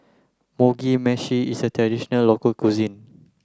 Mugi Meshi is a traditional local cuisine